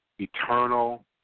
eternal